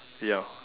ya